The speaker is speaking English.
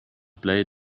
play